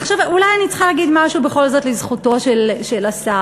אולי אני צריכה להגיד משהו בכל זאת לזכותו של השר.